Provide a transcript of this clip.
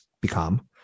become